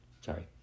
Sorry